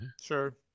Sure